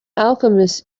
alchemist